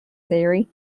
theory